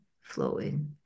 flowing